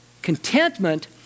Contentment